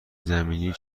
زمینی